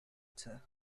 water